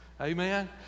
Amen